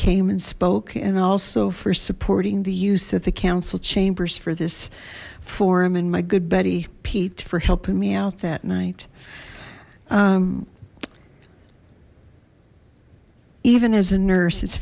came and spoke and also for supporting the use of the council chambers for this forum and my good buddy pete for helping me out that night even as a nurse it's